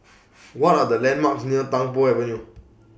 What Are The landmarks near Tung Po Avenue